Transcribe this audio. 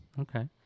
Okay